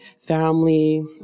family